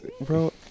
bro